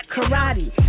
Karate